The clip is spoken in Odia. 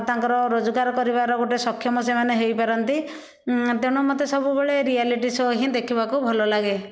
ତାଙ୍କର ରୋଜଗାର କରିବାର ଗୋଟେ ସକ୍ଷମ ସେମାନେ ହେଇପାରନ୍ତି ତେଣୁ ମୋତେ ସବୁବେଳେ ରିୟାଲିଟି ସୋ ହିଁ ଦେଖିବାକୁ ଭଲ ଲାଗେ